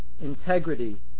integrity